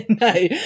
No